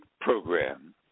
program